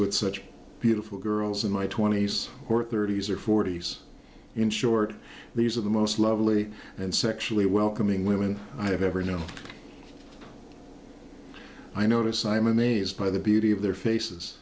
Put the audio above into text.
with such beautiful girls in my twenty's or thirty's or forty's in short these are the most lovely and sexually welcoming women i have ever known i notice i am amazed by the beauty of their faces